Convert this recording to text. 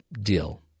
deal